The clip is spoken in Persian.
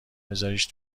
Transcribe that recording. بزاریش